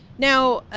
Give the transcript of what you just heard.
now,